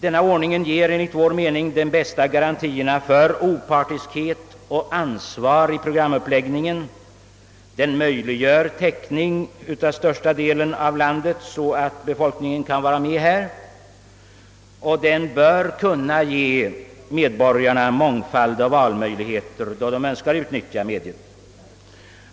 En sådan ordning ger enligt vår mening de bästa garantierna för opartiskhet och ansvar i programuppläggningen, den möjliggör täckning av största delen av landet så att befolkningen kan dra nytta av utsändningarna och den bör kunna ge medborgarna goda valmöjligheter då de önskar utnyttja mediet.